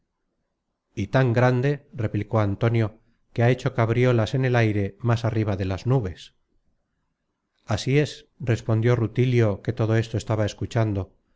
y tan grande replicó antonio que ha hecho cabriolas en el aire más arriba de las nubes así es respondió rutilio que todo esto estaba escuchando